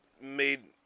Made